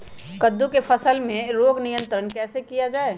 कददु की फसल में रोग नियंत्रण कैसे किया जाए?